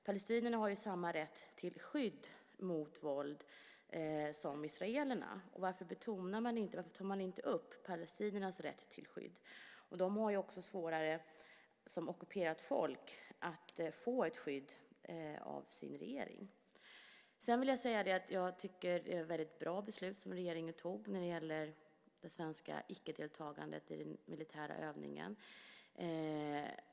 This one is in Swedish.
Palestinierna har samma rätt till skydd mot våld som israelerna. Varför tar man inte upp palestiniernas rätt till skydd? De har också svårare som ockuperat folk att få ett skydd av sin regering. Det är ett väldigt bra beslut som regeringen har fattat när det gäller det svenska icke-deltagandet i den militära övningen.